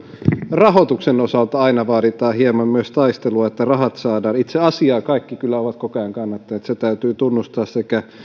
rahoituksen osalta aina vaaditaan hieman myös taistelua että rahat saadaan itse asiaa kaikki kyllä ovat koko ajan kannattaneet se täytyy tunnustaa sekä